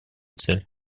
цель